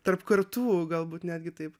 tarp kartų galbūt netgi taip